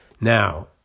Now